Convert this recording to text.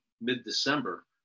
mid-December